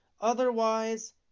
Otherwise